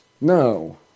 No